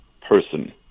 person